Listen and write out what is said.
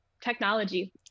technology